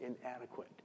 inadequate